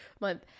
month